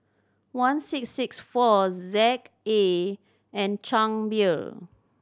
one six six four Z A and Chang Beer